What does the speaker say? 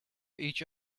each